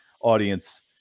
audience